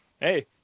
hey